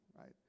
right